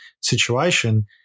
situation